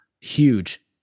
huge